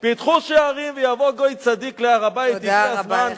פתחו שערים ויבוא גוי צדיק להר-הבית, הגיע הזמן,